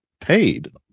paid